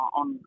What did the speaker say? on